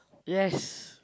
yes